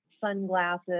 sunglasses